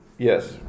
Yes